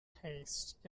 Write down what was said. haste